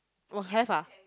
!wah! have ah